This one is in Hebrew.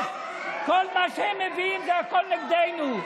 כל מה שהם מביאים, זה הכול נגדנו.